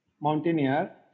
Mountaineer